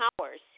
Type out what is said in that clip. powers